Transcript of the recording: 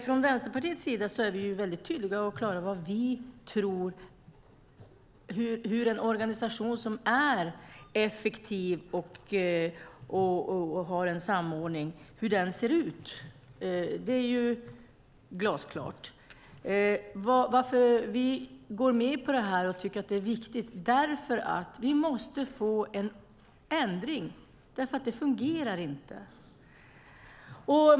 Från Vänsterpartiets sida är vi väldigt tydliga och klara med hur vi tror att en organisation som är effektiv och har en samordning ser ut. Det är glasklart. Vi går med på det här och tycker att det är viktigt därför att vi måste få en ändring på grund av att det inte fungerar.